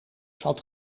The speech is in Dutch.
zat